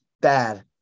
bad